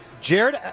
Jared